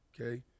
Okay